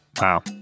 Wow